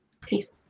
Peace